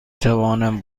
توانم